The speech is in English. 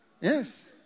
yes